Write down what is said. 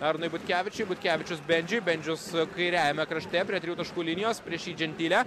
arnui butkevičiui butkevičius bendžiui bendžius kairiajame krašte prie trijų taškų linijos prieš jį džentilė